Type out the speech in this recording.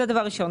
זה דבר ראשון.